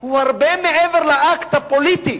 הוא הרבה מעבר לאקט הפוליטי.